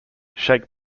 shake